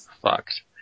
fucked